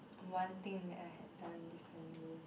one thing that I had done differently